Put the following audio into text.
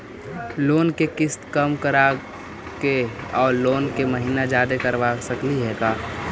Loan के किस्त कम कराके औ लोन के महिना जादे करबा सकली हे का?